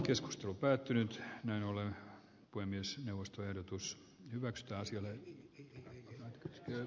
keskustelu päättynyt näin ollen voi myös neuvostoehdotus hyväksytään siellä he